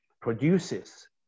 produces